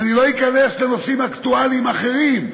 ואני לא אכנס לנושאים אקטואליים אחרים,